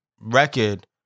record